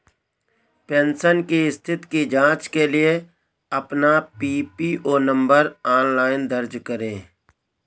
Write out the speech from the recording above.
pension की स्थिति की जांच के लिए अपना पीपीओ नंबर ऑनलाइन दर्ज करें